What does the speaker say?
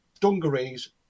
dungarees